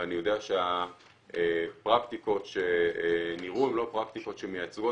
ואני יודע שהפרקטיקות שנראו הן לא פרקטיקות שמייצגות,